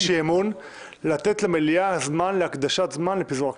אי-אמון אלא לתת למליאה להקדיש זמן לפיזור הכנסת.